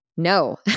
No